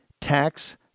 Tax